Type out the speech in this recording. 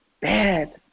bad